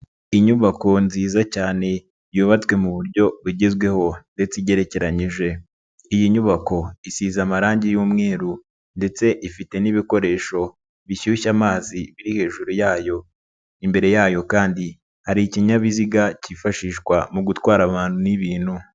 Inyubako nziza cyane yubatswe mu buryo bugezweho ndetse igererekeyije, iyi nyubako isize amarangi y'umweru ndetse ifite n'ibikoresho bishyushya amazi biri hejuru yayo, imbere yayo kandi hari ikinyabiziga cyifashishwa mu gutwara abantu n'ibintu.